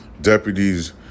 Deputies